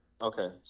okay